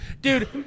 dude